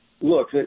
Look